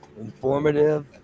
informative